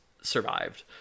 survived